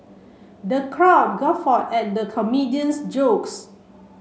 the crowd guffawed at the comedian's jokes